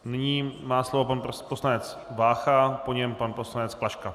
Nyní má slovo pan poslanec Vácha, po něm pan poslanec Klaška.